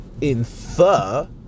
infer